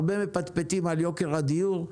הרבה מפטפטים על יוקר הדיור.